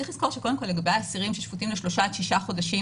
צריך לזכור שלגבי האסירים ששפוטים ל-3 עד 6 חודשים,